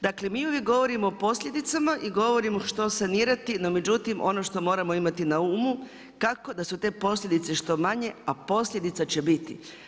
Dakle, mi uvijek govorimo o posljedicama, i govorimo što sanirati no međutim ono što moramo imati na umu, kako da su te posljedice što manje a posljedica će biti.